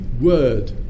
word